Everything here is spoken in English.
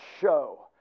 show